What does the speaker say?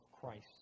Christ